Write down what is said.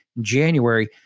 January